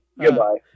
Goodbye